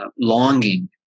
longing